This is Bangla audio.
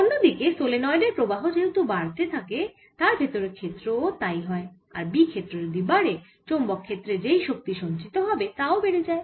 অন্য দিকে সলেনয়েডের প্রবাহ যেহেতু বাড়তে থাকে তার ভেতরে ক্ষেত্র ও তাই হয় আর B ক্ষেত্র যদি বাড়ে চৌম্বক ক্ষেত্রে যেই শক্তি সঞ্চিত থাকবে তাও বেড়ে যায়